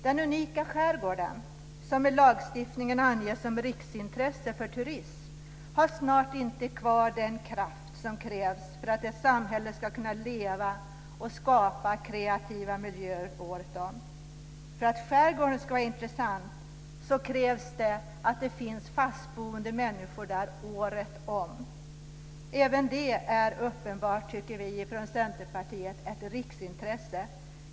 Den unika skärgården, som i lagstiftningen anges som riksintresse för turism, har snart inte kvar den kraft som krävs för att ett samhälle ska kunna leva och skapa kreativa miljöer året om. För att skärgården ska vara intressant krävs det att det finns bofasta människor där året om. Även det är, tycker vi i Centerpartiet, uppenbart ett riksintresse.